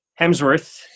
Hemsworth